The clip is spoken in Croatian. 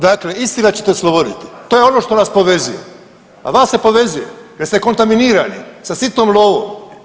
Dakle, istina će te osloboditi, to je ono što nas povezuje a vas se povezuje jer ste kontaminirani sa sitnom lovom.